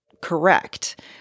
correct